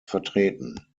vertreten